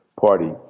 party